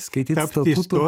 skaityt statutų